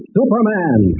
Superman